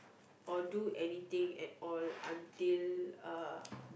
or do anything at all until uh